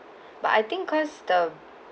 but I think cause the